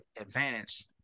advantage